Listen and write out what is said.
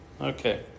Okay